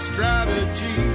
Strategy